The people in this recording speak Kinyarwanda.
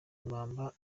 ibamba